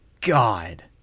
god